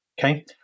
Okay